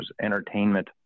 entertainment